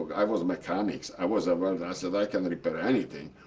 i was mechanic. so i was a welder. i said, i can repair anything.